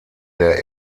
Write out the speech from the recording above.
der